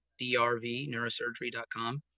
drvneurosurgery.com